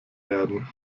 werden